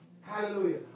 Hallelujah